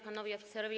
Panowie Oficerowie!